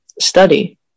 study